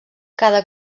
cada